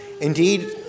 indeed